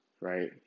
right